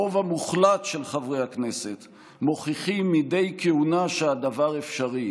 הרוב המוחלט של חברי הכנסת מוכיחים מדי כהונה שהדבר אפשרי